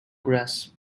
grass